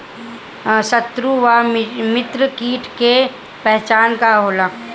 सत्रु व मित्र कीट के पहचान का होला?